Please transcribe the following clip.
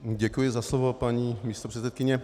Děkuji za slovo, paní místopředsedkyně.